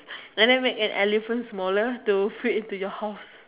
and then make an elephant smaller to fit in your house